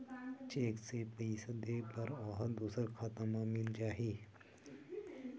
Cheque से पईसा दे बर ओहा दुसर खाता म मिल जाही?